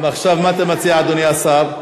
עכשיו, מה אתה מציע, אדוני השר?